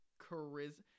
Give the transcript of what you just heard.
charisma –